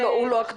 הוא לא הכתובת.